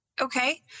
Okay